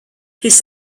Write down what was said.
his